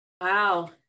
Wow